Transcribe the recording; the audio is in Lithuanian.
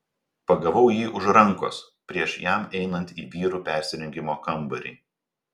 pagavau jį už rankos prieš jam įeinant į vyrų persirengimo kambarį